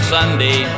Sunday